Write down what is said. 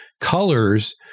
colors